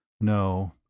No